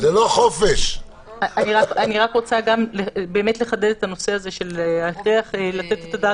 אני חושבת שהנושא הזה של עישון במקומות